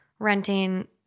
renting